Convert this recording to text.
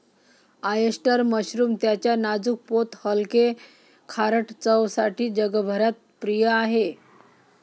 oyster mushroom त्याच्या नाजूक पोत हलके, खारट चवसाठी जगभरात प्रिय आहे